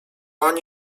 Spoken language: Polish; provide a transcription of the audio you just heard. ani